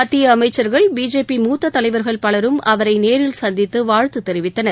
மத்திய அமைச்சா்கள் பிஜேபி மூத்த தலைவா்கள் பலரும் அவரை நேரில் சந்தித்து வாழ்த்து தெரிவித்தனர்